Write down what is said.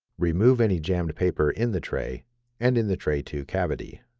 remove any jammed paper in the tray and in the tray two cavity.